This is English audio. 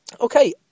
Okay